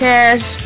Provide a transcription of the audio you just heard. Cash